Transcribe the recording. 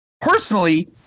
Personally